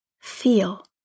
feel